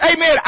Amen